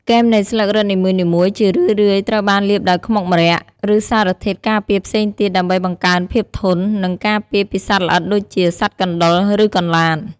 គែមនៃស្លឹករឹតនីមួយៗ ជារឿយៗត្រូវបានលាបដោយខ្មុកម្រ័ក្សណ៍ ឬសារធាតុការពារផ្សេងទៀត ដើម្បីបង្កើនភាពធន់ និងការពារពីសត្វល្អិតដូចជា សត្វកណ្តុរ ឬកន្លាត។